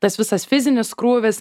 tas visas fizinis krūvis